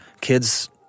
Kids